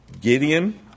Gideon